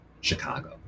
Chicago